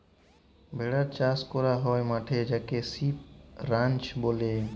ভেড়া চাস ক্যরা হ্যয় মাঠে যাকে সিপ রাঞ্চ ব্যলে